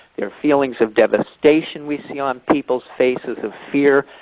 their feelings of devastation we see on people's faces, of fear.